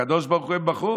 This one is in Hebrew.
לקדוש ברוך הוא הם בכו.